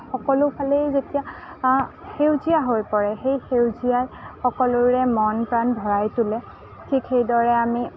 সকলোফালেই যেতিয়া সেউজীয়া হৈ পৰে সেই সেউজীয়াই সকলোৰে মন প্ৰাণ ভৰাই তোলে ঠিক সেইদৰেই আমি